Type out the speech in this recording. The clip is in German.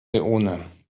leone